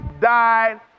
died